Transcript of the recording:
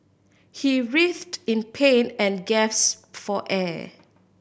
he writhed in pain and gaps for air